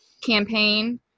campaign